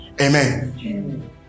Amen